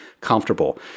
comfortable